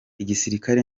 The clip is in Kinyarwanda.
igisirikare